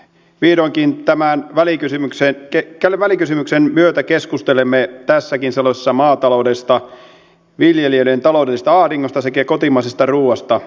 vihdoinkin tämän välikysymyksen myötä keskustelemme tässäkin salissa maataloudesta viljelijöiden taloudellisesta ahdingosta sekä kotimaisesta ruoasta